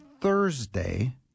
Thursday